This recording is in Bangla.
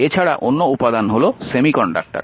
এছাড়া অন্য উপাদান হল সেমিকন্ডাক্টর